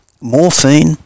morphine